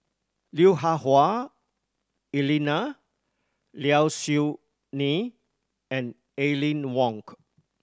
Lui Hah Wah Elena Low Siew Nghee and Aline Wong